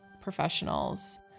professionals